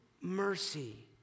mercy